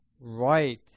right